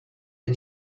est